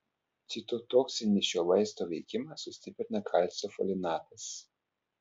citotoksinį šio vaisto veikimą sustiprina kalcio folinatas